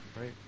right